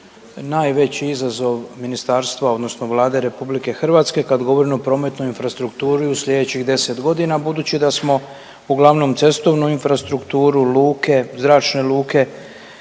najveći izazov ministarstva, odnosno Vlade RH kad govorimo o prometnoj infrastrukturi u sljedećih 10 godina budući da smo uglavnom cestovnu infrastrukturu, luke,